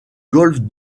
golfe